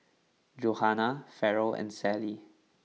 Johana Farrell and Sally